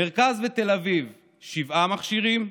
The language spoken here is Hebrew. מרכז ותל אביב, שבעה מכשירים,